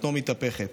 בטנו מתהפכת.